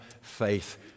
faith